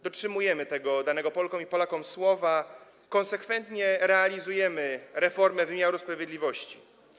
Dotrzymujemy danego Polkom i Polakom słowa, konsekwentnie realizujemy reformę wymiaru sprawiedliwości.